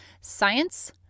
science